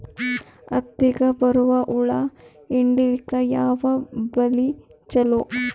ಹತ್ತಿಗ ಬರುವ ಹುಳ ಹಿಡೀಲಿಕ ಯಾವ ಬಲಿ ಚಲೋ?